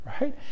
right